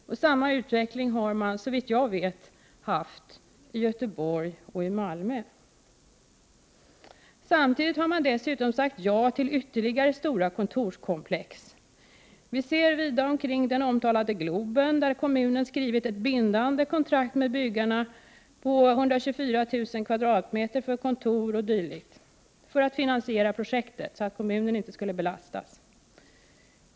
Samma utveckling har man såvitt jag vet haft i Göteborg och Malmö. Samtidigt har man dessutom sagt ja till ytterligare stora kontorskomplex — som vi kan se vida omkring den omtalade Globen — där kommunen skrivit ett Prot. 1988/89:47 bindande kontrakt med byggarna om 124 000 m? för kontor o.d. för att 16 december 1988 finansiera projektet så att kommunen inte skall belastas.